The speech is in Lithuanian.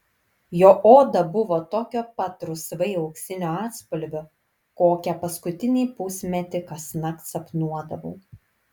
jo oda buvo tokio pat rusvai auksinio atspalvio kokią paskutinį pusmetį kasnakt sapnuodavau